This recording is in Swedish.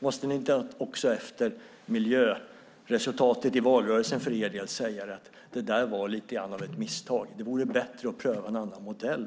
Måste ni inte också för er del titta på miljöresultatet i valrörelsen och inse att det var lite grann ett misstag, att det vore bättre att pröva en annan modell?